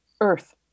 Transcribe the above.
Earth